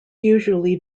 usually